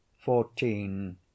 fourteen